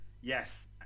Yes